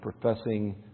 professing